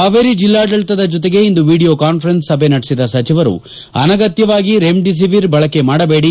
ಹಾವೇರಿ ಜಿಲ್ಲಾಡಳತ ಜೊತೆಗೆ ಇಂದು ವಿಡಿಯೋ ಕಾನ್ಫರೆನ್ಸ್ ಸಭೆ ನಡೆಸಿದ ಸಚಿವರು ಅನಗತ್ಯವಾಗಿ ರೆಮಿಡಿಸಿವಿರ್ ಬಳಕೆ ಮಾಡಬೇಡಿ